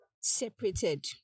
separated